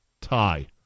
tie